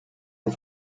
der